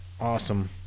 Awesome